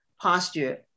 posture